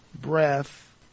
breath